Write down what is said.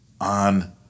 on